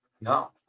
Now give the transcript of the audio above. No